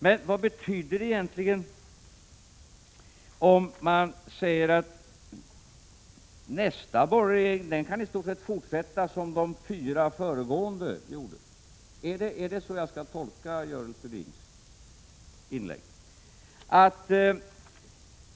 Men vad betyder det egentligen om man säger att nästa borgerliga regering i stort sett kan fortsätta som de fyra föregående? Är det så jag skall tolka Görel Thurdins inlägg?